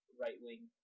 right-wing